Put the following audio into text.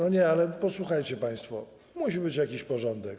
Ale nie, posłuchajcie państwo, musi być jakiś porządek.